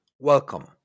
Welcome